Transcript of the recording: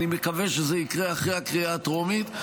אני מקווה שזה יקרה אחרי הקריאה הטרומית.